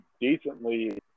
decently